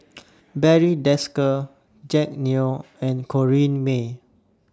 Barry Desker Jack Neo and Corrinne May